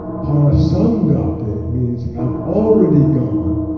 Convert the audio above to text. parasamgata means have already gone.